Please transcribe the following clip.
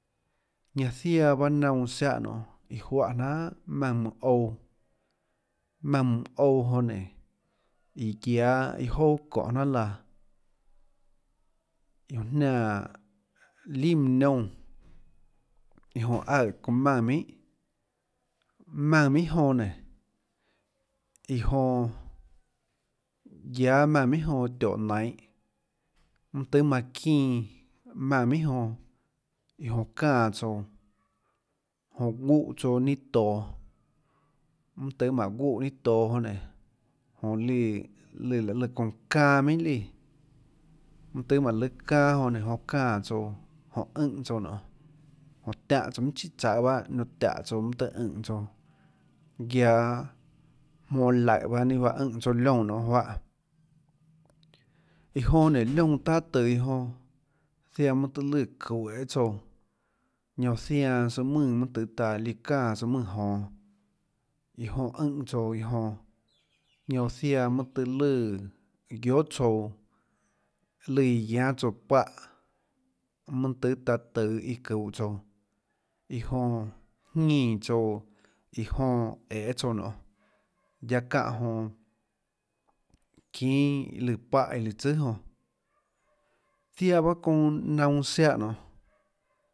Ñanã ziaã pahâ naunã ziáhã nonê juáhã jnanhà maùnã mønã ouã maùnã mønã ouã jonã nénå iã guiáâ iâ jouà çohê jnanhà laã iã jonã jniánã lià mønã niónã iã jonã aøè çounã maùnã minhà maùnã minhà jonã nénå iã jonã guiáâ maùnã minhà jonã tióhå nainhå mønâ tøhê manã çinã maùnã minhà jonã iã jonã çánã tsouã jonã guuè tsouã ninâ toå mønâ tøhê mánå guuè ninâ toå jonå nénå jonã líã lùã laê lùã çounã çanâ minhà líã mønâ tøhê mánå lùâ çanâ jonã nénå jonã çánã tsouã jonã ùnhã tsouã nonhê jonã tiáhã tsouã minhà chíhà tsaøê bahâ nióhå tiáhå tsouã mønâ tøhê ùnhã tsouã guiaâ jmonå laùhå pahâ ninâ juáhã ùnhã tsouã liónã nionê juáhã iã jonã nénå liónã taâ tøå iå jonã ziaã mønâ tøê lùã çuhå æhê tsouã ñanã oã zianã søã mùnã mønâ taã líã çánãs søã mùnãjonå iã jonã ùnhã tsouã iã jonã ñanã oã ziaã mønâ tøê lùã guiohà tsouã lùã iã guiánâ tsouã páhã mønâ tøê taã tøå iã çuhå tsouã iã jonã jñínã tsouã iã jonã æhê jonã nonê guiaâ çánhã jonã çínâ iã líã páhã iã lùã tsùà jonã ziaã paâ çounã naunã ziáhã nionê.